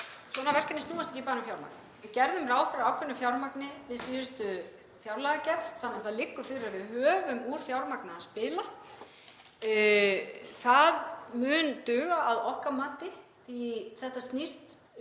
svona verkefni snúast ekki bara um fjármagn. Við gerðum ráð fyrir ákveðnu fjármagni við síðustu fjárlagagerð þannig að það liggur fyrir að við höfum úr fjármagni að spila. Það mun duga að okkar mati. Þetta snýst